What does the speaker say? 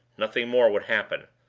nothing more would happen.